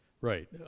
Right